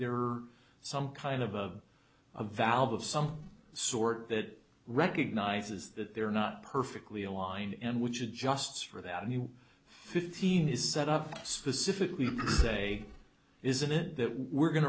are some kind of a a valve of some sort that recognizes that they're not perfectly aligned and which adjusts for that new fifteen is set up specifically to say isn't it that we're going